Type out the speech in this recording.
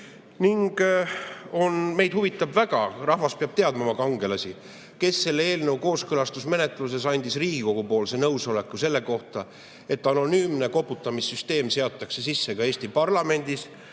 ülevaade. Meid huvitab väga – rahvas peab teadma oma kangelasi –, kes selle eelnõu kooskõlastusmenetluses andis Riigikogu nõusoleku selle kohta, et anonüümne koputamissüsteem seatakse sisse ka Eesti parlamendis,